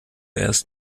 erst